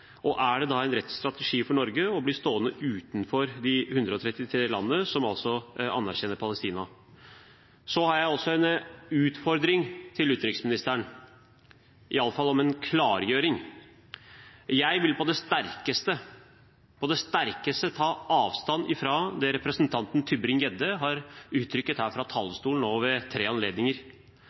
Er det en rett strategi for Norge å bli stående utenfor de 133 landene som anerkjenner Palestina? Så har jeg også en utfordring til utenriksministeren om iallfall en klargjøring. Jeg vil på det sterkeste – på det sterkeste – ta avstand fra det representanten Tybring-Gjedde har uttrykt her fra talerstolen nå ved tre anledninger.